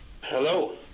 Hello